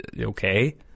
Okay